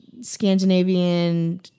Scandinavian